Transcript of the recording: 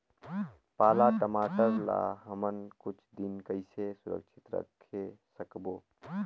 पाला टमाटर ला हमन कुछ दिन कइसे सुरक्षित रखे सकबो?